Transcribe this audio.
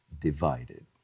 divided